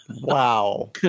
wow